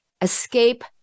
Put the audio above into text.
escape